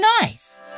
nice